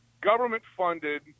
government-funded